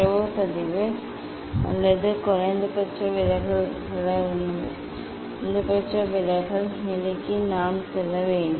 தரவு பதிவு அல்லது குறைந்தபட்ச விலகல் நிலைக்கு நாம் செல்ல வேண்டும்